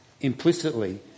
implicitly